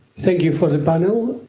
thank you for the panel.